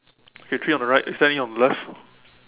okay three on the right is there any on the left